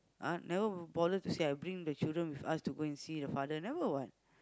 ah never bother to say I bring the children with us to go and see the father never what